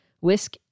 Whisk